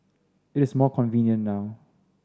it is more convenient now